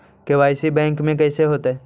KYC bank में कैसे होतै?